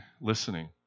listening